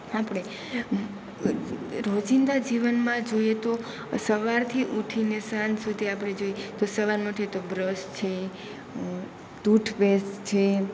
આપણે રોજિંદા જીવનમાં જોઈએ તો સવારથી ઊઠીને સાંજ સુધી આપણે જોઈએ તો સવારમાં ઊઠીએ તો બ્રશ છે ટૂથપેસ્ટ છે